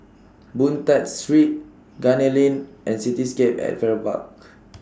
Boon Tat Street Gunner Lane and Cityscape At Farrer Park